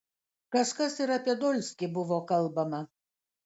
kažkas ir apie dolskį buvo kalbama